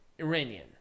Iranian